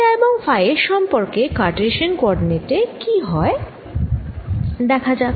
r theta এবং phi এর সম্পর্ক কারটেসিয়ান কোঅরডিনেট এ কি হয় দেখা যাক